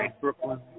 brooklyn